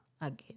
again